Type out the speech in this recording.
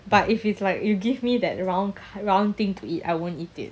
but if it's like you give me that wrong wrong thing to eat I won't eat it